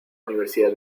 universidad